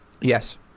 Yes